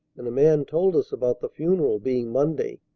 and a man told us about the funeral being monday.